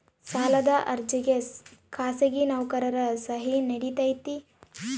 ಸಾಲದ ಅರ್ಜಿಗೆ ಖಾಸಗಿ ನೌಕರರ ಸಹಿ ನಡಿತೈತಿ?